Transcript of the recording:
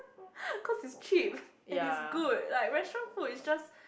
cause it's cheap and it's good like restaurants food is just